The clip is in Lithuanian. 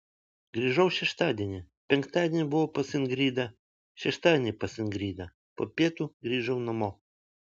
grįžau šeštadienį penktadienį buvau pas ingridą šeštadienį pas ingridą po pietų grįžau namo